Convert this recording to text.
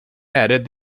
added